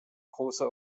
großer